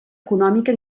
econòmica